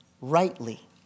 rightly